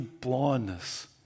blindness